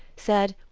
said,